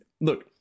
Look